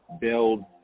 build